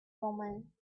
woman